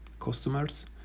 customers